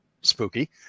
Spooky